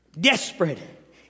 desperate